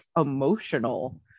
emotional